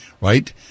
right